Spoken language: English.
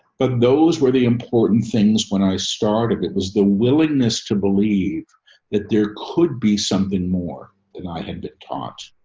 but those were the important things when i started. it was the willingness to believe that there could be something more than i had been taught.